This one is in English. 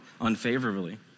unfavorably